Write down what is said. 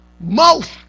mouth